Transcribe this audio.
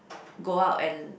go out and